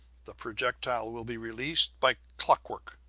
the projectile will be released by clockwork.